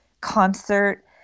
concert